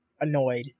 annoyed